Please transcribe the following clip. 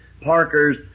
Parker's